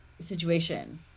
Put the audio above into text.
situation